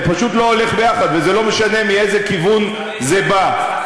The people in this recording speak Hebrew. זה פשוט לא הולך יחד, ולא משנה מאיזה כיוון זה בא.